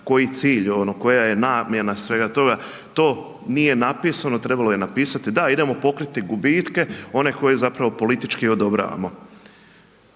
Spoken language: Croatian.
koji cilj, koja je namjena svega toga, to nije napisano, trebalo je napisati, da idemo pokriti gubitke, one koje zapravo politički odobravamo.